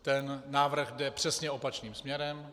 Ten návrh jde přesně opačným směrem.